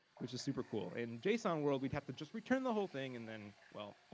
which is super cool. in json world we'd have to just return the whole thing, and then, well,